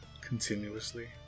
continuously